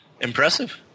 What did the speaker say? Impressive